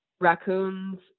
raccoons